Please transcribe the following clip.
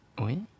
Oui